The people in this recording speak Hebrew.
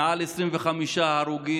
מעל 25 הרוגים,